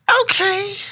Okay